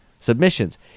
submissions